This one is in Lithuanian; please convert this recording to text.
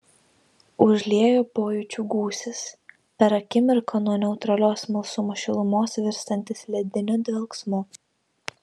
užlieja pojūčių gūsis per akimirką nuo neutralios smalsumo šilumos virstantis lediniu dvelksmu